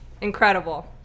Incredible